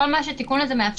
כל מה שהתיקון הזה מאפשר,